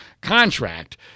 contract